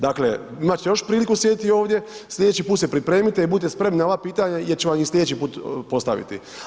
Dakle, imate još priliku sjediti ovdje, sljedeći put se pripremite i budite spremni na ova pitanja jer će vam i slijedeći put postaviti.